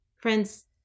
Friends